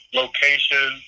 location